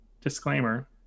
disclaimer